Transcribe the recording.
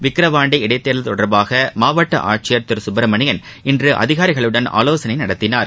விக்ர்வாண்டி இடைத்தேர்தல் தொடர்பாக மாவட்ட ஆட்சியர் திரு கப்ரமணியன் இன்று அதிகாரிகளுடன் ஆலோசனை நடத்தினார்